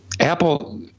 Apple